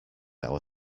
our